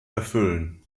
erfüllen